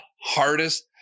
hardest